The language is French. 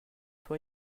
toi